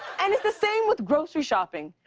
and it's the same with grocery shopping.